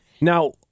Now